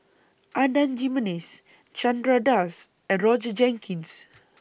Adan Jimenez Chandra Das and Roger Jenkins